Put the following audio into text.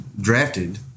drafted –